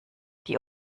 die